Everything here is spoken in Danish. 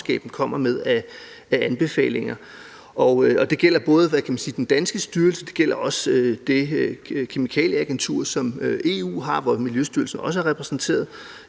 kommer med af anbefalinger, og det gælder både den danske styrelse, men også det kemikalieagentur, som EU har, hvor Miljøstyrelsen også er repræsenteret,